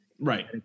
Right